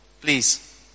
please